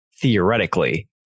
theoretically